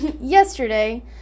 yesterday